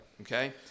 Okay